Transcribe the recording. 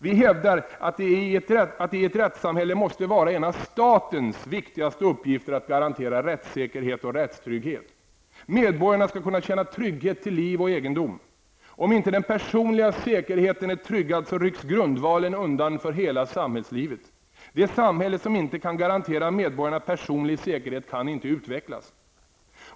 Vi hävdar att det i ett rättssamhälle måste vara en av statens viktigaste uppgifter att garantera rättssäkerhet och rättstrygghet. Medborgarna skall kunna känna trygghet till liv och egendom. Om inte den personliga säkerheten är tryggad rycks grundvalen undan för hela samhällslivet. Det samhälle som inte kan garantera medborgarna personlig säkerhet kan inte utvecklas.